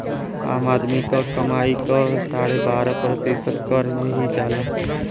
आम आदमी क कमाई क साढ़े बारह प्रतिशत कर में ही जाला